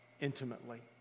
intimately